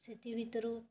ସେଥି ଭିତରୁ